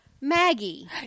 maggie